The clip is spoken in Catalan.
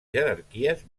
jerarquies